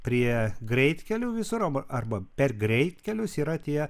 prie greitkelio visur arba per greitkelius yra tie